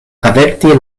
averti